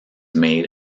made